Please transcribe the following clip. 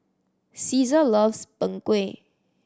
Ceasar loves Png Kueh